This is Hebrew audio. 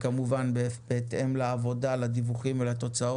כמובן שבהתאם לעבודה, לדיווחים ולתוצאה